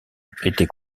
étaient